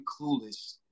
clueless